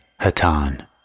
Hatan